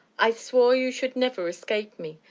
i swore you should never escape me,